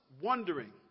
wondering